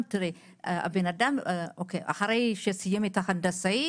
בן אדם אחרי שסיים את ההנדסאי